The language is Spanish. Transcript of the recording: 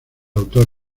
autor